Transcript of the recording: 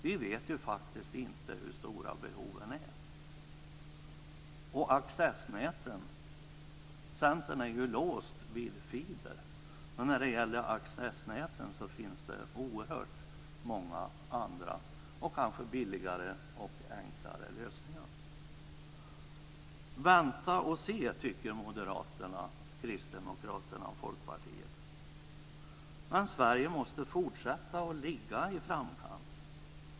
Vi vet ju faktiskt inte hur stora behoven är. Centern är ju låst vid fiber. Men när det gäller accessnäten finns det oerhört många andra och kanske billigare och enklare lösningar. Vänta och se, tycker Moderaterna, Kristdemokraterna och Folkpartiet. Men Sverige måste fortsätta att ligga i framkant.